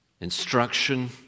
instruction